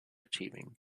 achieving